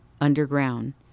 underground